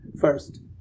first